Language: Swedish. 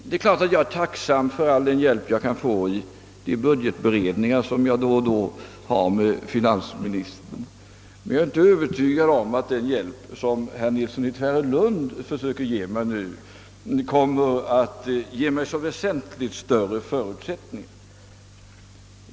Det är klart att jag är tacksam för all den hjälp jag kan få i de budgetberedningar som jag då och då har med finansministern. Men jag är inte övertygad om att den hjälp herr Nilsson i Tvärålund nu försöker ge mig kommer att göra mina förutsättningar väsentligt större.